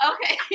Okay